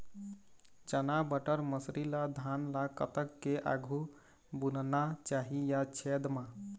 चना बटर मसरी ला धान ला कतक के आघु बुनना चाही या छेद मां?